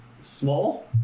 small